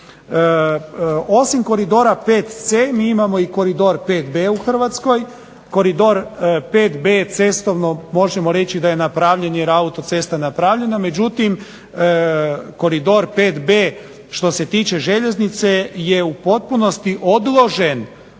Osim Koridora 5c mi imamo i koridor 5b cestovno možemo reći da je napravljen jer autocesta je napravljena, koridor 5b što se tiče željeznice je u potpunosti odložen